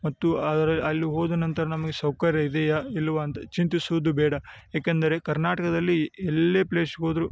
ಮತ್ತು ಆದ್ರೆ ಅಲ್ಲಿ ಹೋದ ನಂತರ ನಮಗೆ ಸೌಕರ್ಯ ಇದೆಯಾ ಇಲ್ವ ಅಂತ ಚಿಂತಿಸುವುದು ಬೇಡ ಏಕೆಂದರೆ ಕರ್ನಾಟಕದಲ್ಲಿ ಎಲ್ಲೇ ಪ್ಲೇಸ್ಗೋದರು